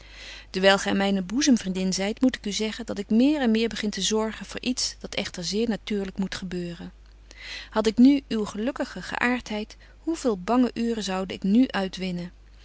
gy myne boezemvriendin zyt moet ik u zeggen dat ik meer en meer begin te zorgen voor iets dat echter zeer natuurlyk moet gebeuren had ik nu uw gelukkige geaartheid betje wolff en aagje deken historie van mejuffrouw sara burgerhart hoe vele bange uuren zoude ik nu uitwinnen